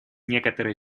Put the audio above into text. некоторые